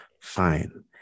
fine